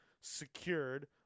secured